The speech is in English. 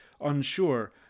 unsure